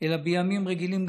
אלא גם בימים רגילים.